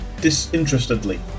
disinterestedly